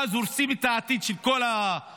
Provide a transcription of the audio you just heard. ואז הורסים את העתיד של כל המשפחה,